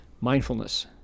mindfulness